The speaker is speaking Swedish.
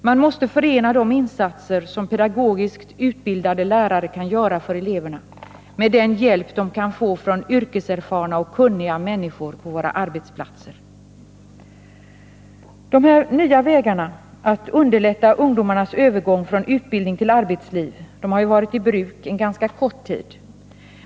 Man måste förena de insatser som pedagogiskt utbildade lärare kan göra för eleverna med den hjälp de kan få från yrkeserfarna och kunniga människor på våra arbetsplatser. De här nya vägarna för att underlätta ungdomarnas övergång från utbildning till arbetsliv har ju bara varit i bruk en ganska kort tid.